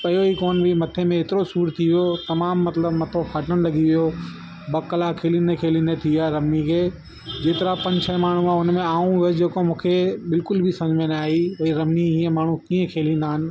पियो हीअ कोन ॿी मथे में एतिरो सूरु थी वियो तमामु मतलबु मथो फाटण लगी वियो ॿ कलाक खेलींदे खेलींदे थी विया रमी खे जेतिरा पंज छ्ह माण्हू हुआ हुनमें आऊं हुयसि जेको मूंखे बिल्कुल बि समुझ में न आई भई रमी हीअं माण्हू कीअं खेलींदा आहिनि